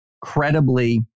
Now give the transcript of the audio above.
credibly